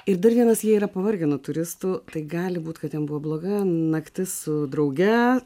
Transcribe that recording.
ir dar vienas jie yra pavargę nuo turistų tai gali būti kad jiems buvo bloga naktis su drauge